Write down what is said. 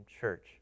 church